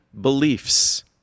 beliefs